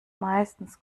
meistens